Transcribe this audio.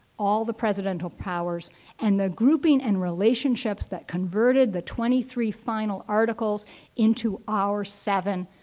all the presidential powers and the grouping and relationships that converted the twenty three final articles into our seven,